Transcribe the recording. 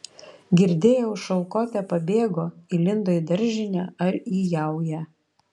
girdėjau šaukote pabėgo įlindo į daržinę ar į jaują